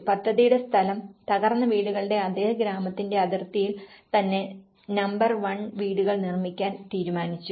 പദ്ധതിയുടെ സ്ഥലം തകർത്ത വീടുകളുടെ അതേ ഗ്രാമത്തിന്റെ അതിർത്തിയിൽ തന്നെ നമ്പർ 1 വീടുകൾ നിർമ്മിക്കാൻ തീരുമാനിച്ചു